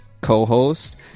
co-host